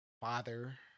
father